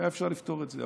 והיה אפשר לפתור את זה.